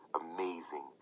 amazing